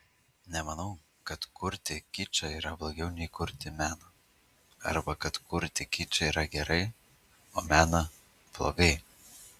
nemanau kad kurti kičą yra blogiau nei kurti meną arba kad kurti kičą yra gerai o meną blogai